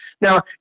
Now